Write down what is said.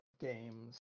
games